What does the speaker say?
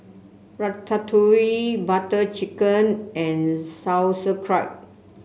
Ratatouille Butter Chicken and Sauerkraut